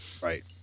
Right